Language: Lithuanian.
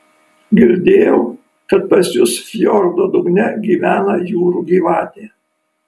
girdėjau kad pas jus fjordo dugne gyvena jūrų gyvatė